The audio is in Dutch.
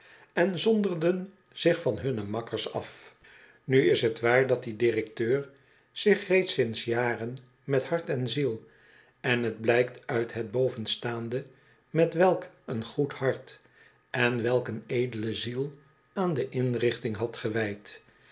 en zonderden zich van hunne makkers af nu is het waar dat die directeur zich reeds sinds jaren met hart en ziel en het blijkt uit het bovenstaande met welk een goed hart en welk een edele ziel aan de inrichting had gewijd